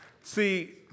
See